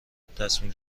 تصمیم